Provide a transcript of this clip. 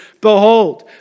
behold